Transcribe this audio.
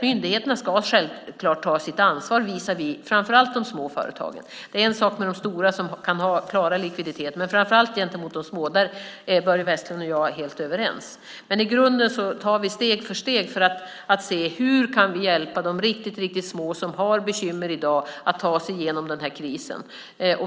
Myndigheterna ska självklart ta sitt ansvar visavi framför allt de små företagen - de stora företagen är en annan sak; de kan klara likviditeten - så där är Börje Vestlund och jag helt överens. I grunden tar vi steg för steg för att se hur vi kan hjälpa de riktigt små företagen som i dag har bekymmer när det gäller att ta sig igenom den nuvarande krisen.